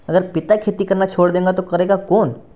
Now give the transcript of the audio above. अगर पिता खेती करना छोड़ देंगा तो करेगा कौन